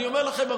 אני אומר לכם,